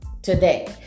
today